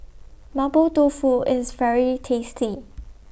Mapo Tofu IS very tasty